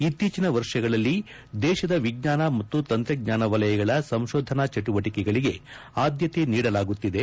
ಇತ್ತೀಚಿನ ವರ್ಷಗಳಲ್ಲಿ ದೇಶದ ವಿಜ್ಞಾನ ಮತ್ತು ತಂತ್ರಜ್ಞಾನ ವಲಯಗಳ ಸಂಶೋಧನಾ ಚಟುವಟಿಕೆಗಳಿಗೆ ಆದ್ಯತೆ ನೀಡಲಾಗುತ್ತಿದೆ